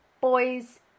boys